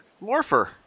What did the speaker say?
Morpher